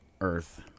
Earth